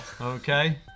Okay